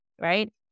right